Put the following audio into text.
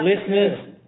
listeners